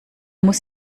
muss